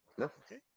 Okay